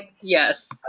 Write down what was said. yes